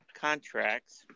contracts